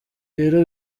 rero